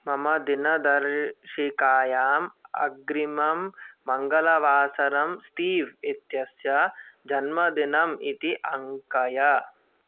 मम दिनदर्शिकायाम् अग्रिमं मङ्गलवासरं स्तीव् इत्यस्य जन्मदिनम् इति अङ्कय